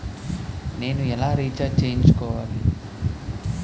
నేను ఎలా రీఛార్జ్ చేయించుకోవాలి?